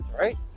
right